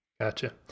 Gotcha